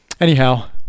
anyhow